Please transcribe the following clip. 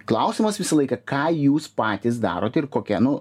klausimas visą laiką ką jūs patys darote ir kokia nu